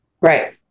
Right